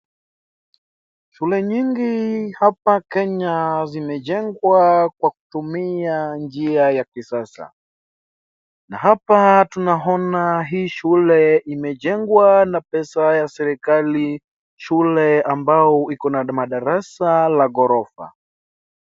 Shule nyingi hapa Kenya zimejengwa kwa kutumia nia ya kisasa, na hapa tunaona hii shule imejengwa na pesa ya serikali shule ambao iko na madarasa la ghorofa.